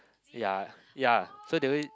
ya ya so they will